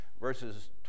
Verses